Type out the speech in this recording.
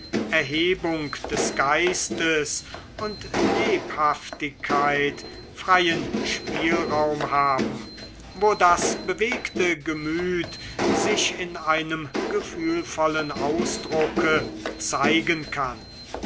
erhebung des geistes und lebhaftigkeit freien spielraum haben wo das bewegte gemüt sich in einem gefühlvollen ausdrucke zeigen kann